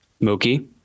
Mookie